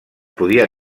podia